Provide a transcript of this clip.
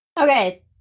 Okay